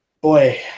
boy